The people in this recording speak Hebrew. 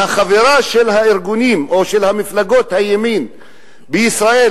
והחבירה של הארגונים או של מפלגות הימין בישראל